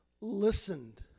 listened